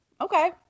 Okay